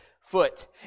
foot